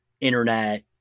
internet